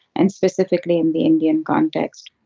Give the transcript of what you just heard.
and specifically in the indian context.